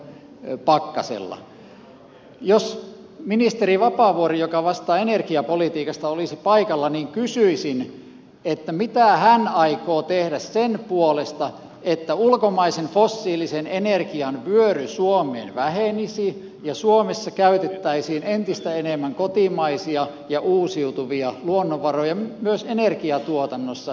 jos ministeri vapaavuori joka vastaa energiapolitiikasta olisi paikalla niin kysyisin mitä hän aikoo tehdä sen puolesta että ulkomaisen fossiilisen energian vyöry suomeen vähenisi ja suomessa käytettäisiin entistä enemmän kotimaisia ja uusiutuvia luonnonvaroja myös energiantuotannossa